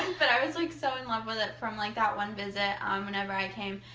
but i was like so in love with it from like that one visit whenever i came.